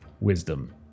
Wisdom